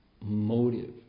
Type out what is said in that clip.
Motive